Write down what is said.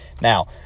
Now